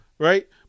Right